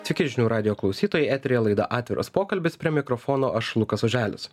sveiki žinių radijo klausytojai eteryje laida atviras pokalbis prie mikrofono aš lukas oželis